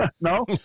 no